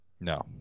No